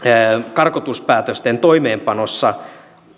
karkotuspäätösten toimeenpanossa